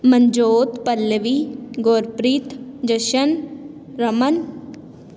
Manjot Pallavi Gurpreet Jashan Raman